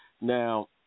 Now